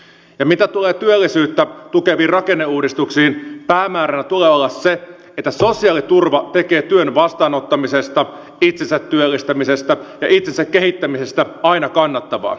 ja mitä tulee työllisyyttä tukeviin rakenneuudistuksiin päämäärän tulee olla se että sosiaaliturva tekee työn vastaanottamisesta itsensä työllistämisestä ja itsensä kehittämisestä aina kannattavan